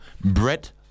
Brett